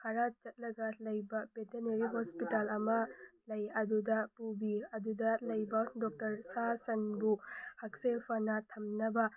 ꯈꯔ ꯆꯠꯂꯒ ꯂꯩꯕ ꯚꯦꯇꯅꯔꯤ ꯍꯣꯁꯄꯤꯇꯥꯜ ꯑꯃ ꯂꯩ ꯑꯗꯨꯗ ꯄꯨꯕꯤ ꯑꯗꯨꯗ ꯂꯩꯕ ꯗꯣꯛꯇꯔ ꯁꯥ ꯁꯟꯕꯨ ꯍꯛꯁꯦꯜ ꯐꯅ ꯊꯝꯅꯕ